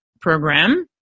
program